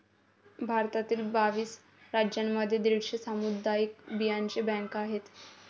भारतातील बावीस राज्यांमध्ये दीडशे सामुदायिक बियांचे बँका आहेत